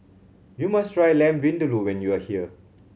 you must try Lamb Vindaloo when you are here